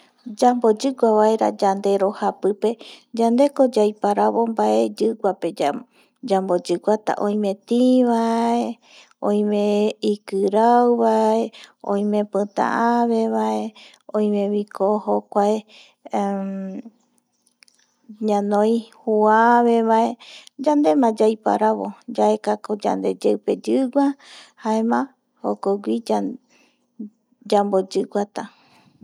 Yamboyigua vaera yandero japipe yandeko yaiparavo mbae yigua pe yamboyiguata oime tïvae, oime ikirauvae, oime pita avevae oimeviko jokuae ñanoi juavevae yandema yaiparavo yaekako yandeyaupe yigua jaema jokogui yamboyiguata